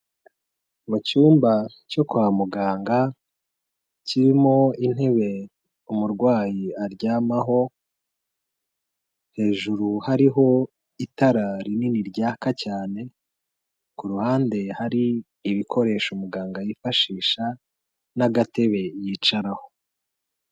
Mu cyumba cyo kwa muganga, kirimo intebe umurwayi aryamaho, hejuru hariho itara rinini ryaka cyane, ku ruhande hari ibikoresho muganga yifashisha n'agatebe yicaraho.